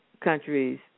countries